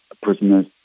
prisoners